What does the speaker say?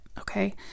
okay